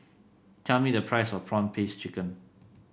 tell me the price of prawn paste chicken